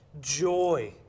Joy